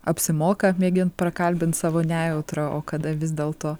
apsimoka mėgint prakalbint savo nejautrą o kada vis dėlto